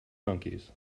monkeys